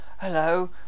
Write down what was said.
hello